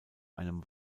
einem